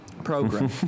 program